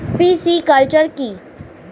Pisciculture কি?